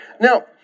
Now